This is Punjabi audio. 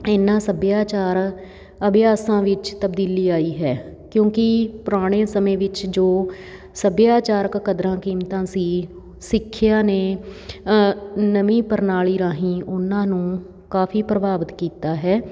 ਇਹਨਾਂ ਸੱਭਿਆਚਾਰ ਅਭਿਆਸਾਂ ਵਿੱਚ ਤਬਦੀਲੀ ਆਈ ਹੈ ਕਿਉਂਕਿ ਪੁਰਾਣੇ ਸਮੇਂ ਵਿੱਚ ਜੋ ਸੱਭਿਆਚਾਰਕ ਕਦਰਾਂ ਕੀਮਤਾਂ ਸੀ ਸਿੱਖਿਆ ਨੇ ਨਵੀਂ ਪ੍ਰਣਾਲੀ ਰਾਹੀਂ ਉਹਨਾਂ ਨੂੰ ਕਾਫੀ ਪ੍ਰਭਾਵਿਤ ਕੀਤਾ ਹੈ